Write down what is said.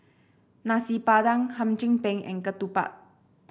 Nasi Padang Hum Chim Peng and ketupat